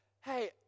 hey